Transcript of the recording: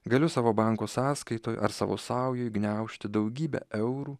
galiu savo banko sąskaitoj ar savo saujoj gniaužti daugybę eurų